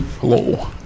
Hello